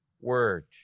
word